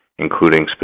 Including